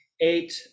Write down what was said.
eight